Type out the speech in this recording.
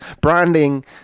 Branding